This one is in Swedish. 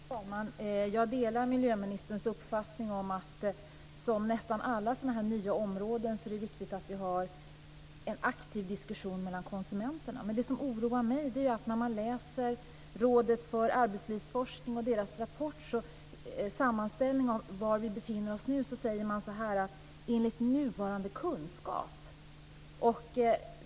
Fru talman! Jag delar miljöministerns uppfattning om att det är viktigt att vi har en aktiv diskussion mellan konsumenterna, på samma sätt som på nästan alla nya områden. Det som oroar mig är det som står i sammanställningen över var vi nu befinner oss från Rådet för arbetslivsforskning. Man talar om nuvarande kunskap.